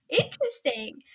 Interesting